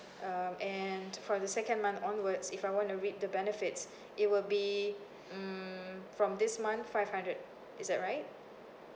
um and for the second month onwards if I want to reap the benefits it will be mm from this month five hundred is that right